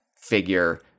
figure